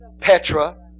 Petra